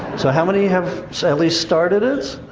so how many have so at least started it?